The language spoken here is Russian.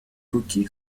руки